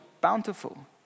Bountiful